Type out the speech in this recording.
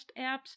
apps